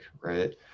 Right